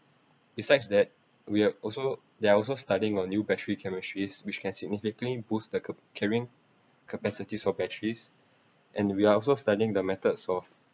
besides that we are also they are also studying on new battery chemistries which can significantly boost the ca~ carrying capacities of batteries and we're also studying the methods of